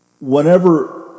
whenever